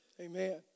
Amen